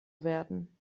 werden